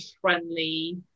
friendly